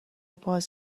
باز